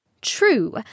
True